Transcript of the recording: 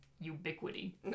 Ubiquity